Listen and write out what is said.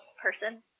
person